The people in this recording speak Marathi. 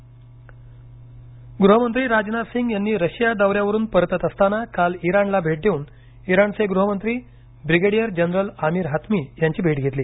गुहमंत्री राजनाथसिंग गृहमंत्री राजनाथ सिंग यांनी रशिया दौऱ्यावरून परतत असताना काल इराणला भेट देऊन इराणचे गृहमंत्री ब्रिगेडियर जनरल आमीर हातमी यांची भेट घेतली